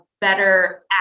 better